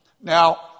Now